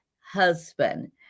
husband